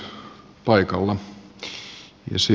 arvoisa puhemies